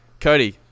Cody